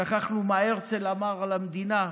שכחנו מה הרצל אמר על המדינה?